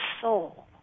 soul